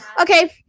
okay